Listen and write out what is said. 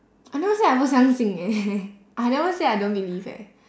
I never say I 不相信 eh I never say I don't believe eh